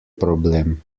problem